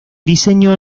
diseño